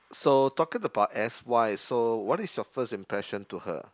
so talking about S_Y so what is your first impression to her